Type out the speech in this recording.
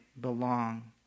belong